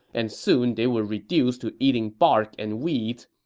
and soon they were reduced to eating bark and weeds,